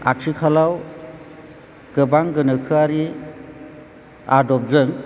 आथिखालाव गोबां गोनोखोआरि आदबजों